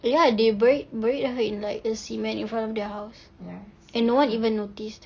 ya they buried buried her in like the cement in front of their house and no one even noticed